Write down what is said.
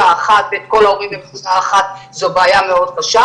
אחת ואת כל ההורים במקשה אחת זו בעיה מאוד קשה,